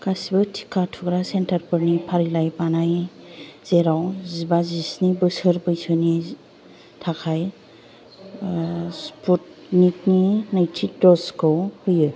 गासिबो टिका थुग्रा सेन्टार फोरनि फारिलाइ बानाय जेराव जिबा जिस्नि बोसोर बैसोनि थाखाय स्पुटनिक नि नैथि द'ज खौ होयो